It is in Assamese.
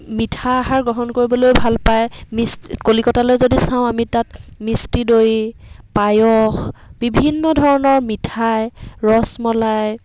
মিঠা আহাৰ গ্ৰহণ কৰিবলৈ ভাল পায় মিচ কলিকতালৈ যদি চাওঁ আমি তাত মিস্তী দৈ পায়স বিভিন্ন ধৰণৰ মিঠাই ৰসমলাই